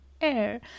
air